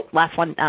like last one,